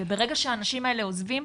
ברגע שהאנשים האלה עוזבים,